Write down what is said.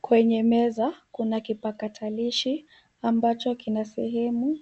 Kwenye meza, kuna kipakatalishi ambacho kina sehemu